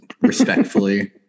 respectfully